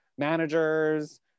managers